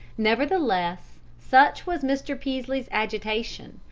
nevertheless, such was mr. peaslee's agitation,